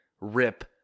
Rip